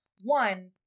One